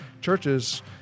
churches